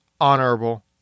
honorable